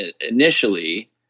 initially